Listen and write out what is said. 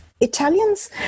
Italians